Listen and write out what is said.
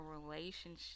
relationship